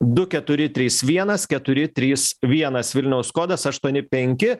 du keturi trys vienas keturi trys vienas vilniaus kodas aštuoni penki